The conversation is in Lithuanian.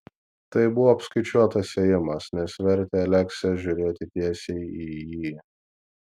tai buvo apskaičiuotas ėjimas nes vertė aleksę žiūrėti tiesiai į jį